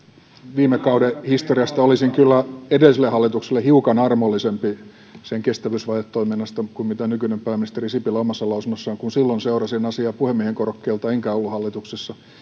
viime kauden historiasta olisin kyllä edelliselle hallitukselle hiukan armollisempi sen kestävyysvajetoiminnasta kuin nykyinen pääministeri sipilä omassa lausunnossaan kun silloin seurasin asiaa puhemiehen korokkeelta enkä ollut hallituksessa